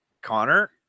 Connor